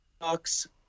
ducks